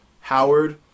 Howard